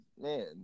man